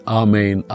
amen